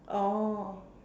oh